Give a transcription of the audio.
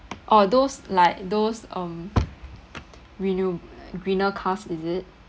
oh those like those um renew e~ greener cars is it